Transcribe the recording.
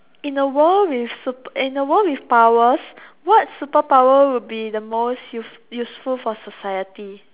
in a world with super in a world with powers what superpower would be the most use~ useful for society